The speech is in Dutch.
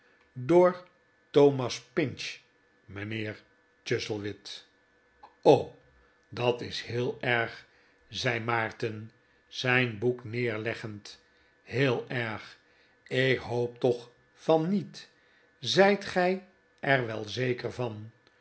door thomas pinch mijnheer chuzzlewit t o dat is heel erg zei maarten zijnboek neerleggend heel erg ik hoop toch van niet zijt gij er wel zeker van